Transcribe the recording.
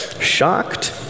Shocked